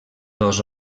dos